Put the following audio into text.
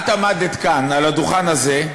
את עמדת כאן על הדוכן הזה,